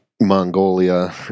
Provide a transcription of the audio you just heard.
Mongolia